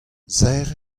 serr